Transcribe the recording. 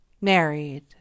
married